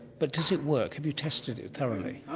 but does it work? have you tested it thoroughly?